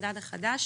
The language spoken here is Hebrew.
המדד החדש